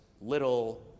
little